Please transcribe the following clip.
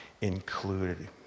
included